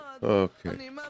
Okay